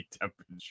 temperature